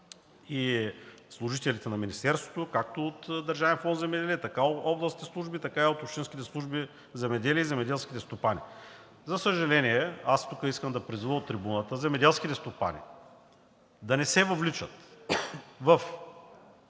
и служителите на Министерството както от Държавен фонд „Земеделие“, така от областните служби, така и от общинските служби по земеделие и земеделските стопани. За съжаление, аз тук искам да призова от трибуната земеделските стопани да не се въвличат в